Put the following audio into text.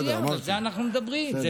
על זה אנחנו מדברים.